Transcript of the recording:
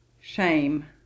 shame